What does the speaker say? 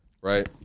right